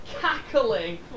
cackling